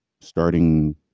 starting